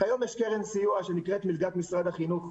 כיום יש קרן סיוע שנקראת מלגת משרד החינוך,